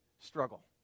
struggle